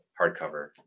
hardcover